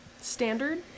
standard